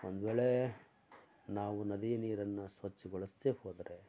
ಒಂದು ವೇಳೆ ನಾವು ನದಿಯ ನೀರನ್ನು ಸ್ವಚ್ಛಗೊಳಿಸ್ದೆ ಹೋದರೆ